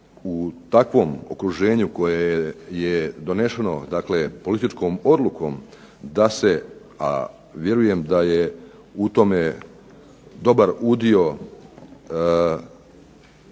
u takvom okruženju koje je doneseno političkom odlukom, a vjerujem da je u tome dobar udio